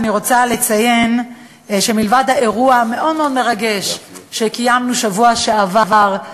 אני רוצה לציין שמלבד האירוע המאוד-מאוד מרגש שקיימנו בשבוע שעבר,